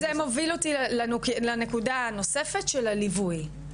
זה מוביל אותי לנקודה הנוספת של הליווי,